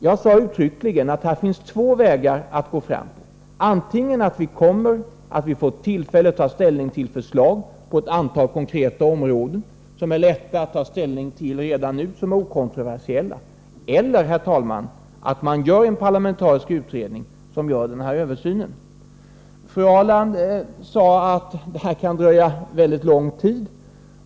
Jag sade uttryckligen att det här finns två vägar att gå fram. Antingen föreläggs vi ett förslag om ett antal konkreta områden, som är lätta att ta ställning till redan nu och som är okontroversiella, eller också tillsätter man en parlamentarisk utredning som gör denna översyn. Fru Ahrland sade att detta kan ta väldigt lång tid.